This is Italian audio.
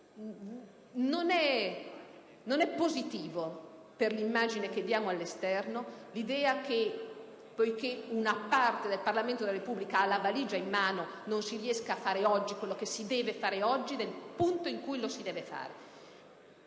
Non è positiva per l'immagine che diamo all'esterno l'idea che, poiché una parte del Parlamento della Repubblica ha la valigia in mano, non si riesca a fare oggi quello che si deve fare oggi, nel punto in cui lo si deve fare.